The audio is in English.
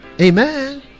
Amen